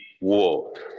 world